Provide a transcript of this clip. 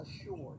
assured